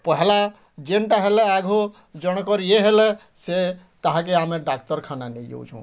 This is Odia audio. ପହେଲା ଯେନ୍ଟା ହେଲେ ଆଗ ଜଣଙ୍କର ଇଏ ହେଲେ ସେ ତାହାକେ ଆମେ ଡାକ୍ଟରଖାନା ନେଇ ଯାଉଛୁଁ